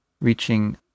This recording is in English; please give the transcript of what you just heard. reaching